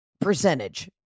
percentage